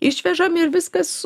išvežam ir viskas